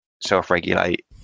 self-regulate